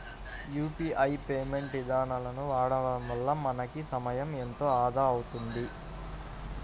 UPI payment ఇదానాలను వాడడం వల్ల మనకి సమయం ఎంతో ఆదా అవుతుంది